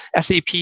SAP